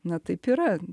na taip yra